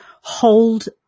hold